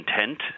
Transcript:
intent